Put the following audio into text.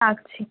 রাখছি